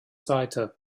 seite